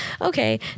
okay